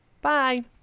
bye